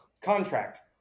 contract